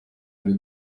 muri